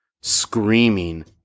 screaming